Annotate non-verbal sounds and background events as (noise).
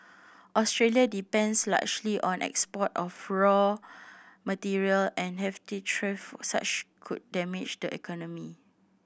Australia depends largely on the export of raw material and heftier (unintelligible) such could damage the economy